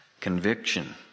conviction